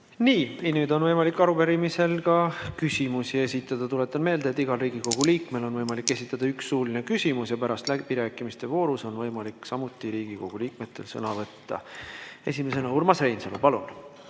Nii. Ja nüüd on võimalik arupärimisel ka küsimusi esitada. Tuletan meelde, et igal Riigikogu liikmel on võimalik esitada üks suuline küsimus ja pärast läbirääkimiste voorus on võimalik samuti Riigikogu liikmetel sõna võtta. Esimesena Urmas Reinsalu, palun!